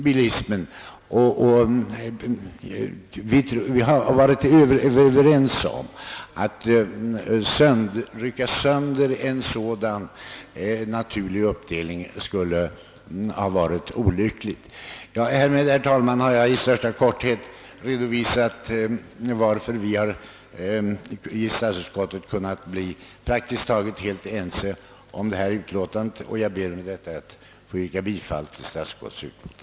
Vi är överens om att det skulle ha varit olyckligt att bryta sönder en sådan naturlig uppdelning. Härmed har jag, herr talman, i största korthet redovisat skälen till att vi i statsutskottet har kunnat bli praktiskt taget ense om hela detta utlåtande. Jag ber med detta att få yrka bifall till statsutskottets hemställan.